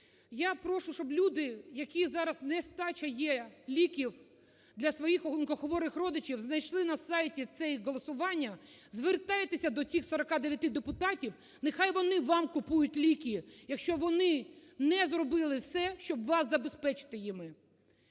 Я прошу, щоб люди, в яких зараз нестача є ліків для своїх онкохворих родичів, знайшли на сайті це голосування. Звертайтеся до тих 49 депутатів, нехай вони вам купують ліки, якщо вони не зробили все, щоб вас забезпечити ними.